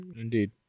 Indeed